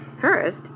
First